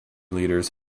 leaders